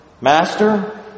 Master